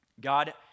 God